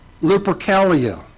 Lupercalia